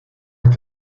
est